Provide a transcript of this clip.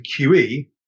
QE